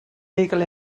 legal